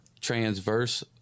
transverse